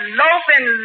loafing